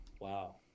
Wow